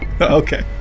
Okay